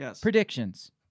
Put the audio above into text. predictions